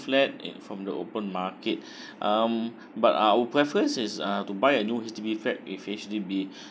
flat from the open market um but our preference is uh to buy a new H_D_B flat if H_D_B